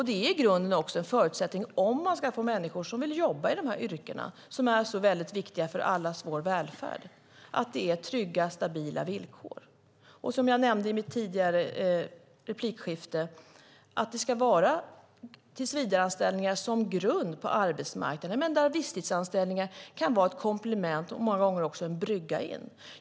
Det är i grunden också en förutsättning för att människor ska vilja jobba i de här yrkena som är så viktiga för allas vår välfärd att det är trygga och stabila villkor. Och som jag nämnde i mitt tidigare inlägg ska det vara tillsvidareanställningar som grund på arbetsmarknaden, men visstidsanställningar kan vara ett komplement och många gånger också en brygga in.